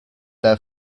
their